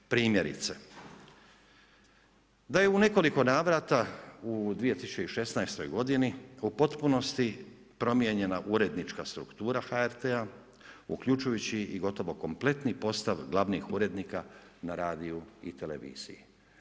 Primjerice, da je u nekoliko navrata u 2016. godini u potpunosti promijenjena urednička struktura HRT-a uključujući i gotovo kompletni postav glavnih urednika na radiju i televiziji.